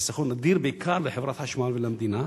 זה חיסכון אדיר, בעיקר לחברת חשמל ולמדינה.